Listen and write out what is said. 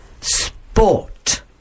sport